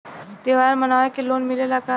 त्योहार मनावे के लोन मिलेला का?